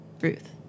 Ruth